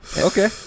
Okay